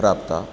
प्राप्ता